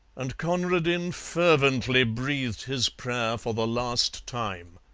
and conradin fervently breathed his prayer for the last time.